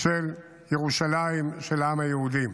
של ירושלים, של העם היהודי.